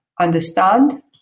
understand